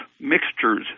mixtures